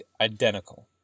identical